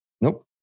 Nope